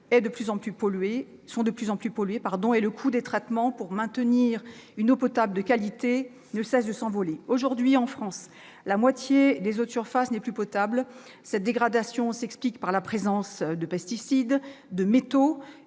sont de plus en plus polluées et le coût des traitements pour maintenir une eau potable de qualité ne cesse de s'envoler. Aujourd'hui, en France, la moitié des eaux de surfaces ne sont plus potables. Cette dégradation s'explique par la présence de pesticides, de métaux,